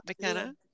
McKenna